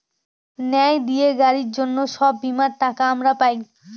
ন্যায় দিয়ে গাড়ির জন্য সব বীমার টাকা আমরা পাই